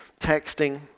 texting